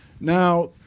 Now